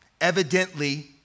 Evidently